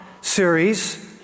series